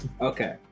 Okay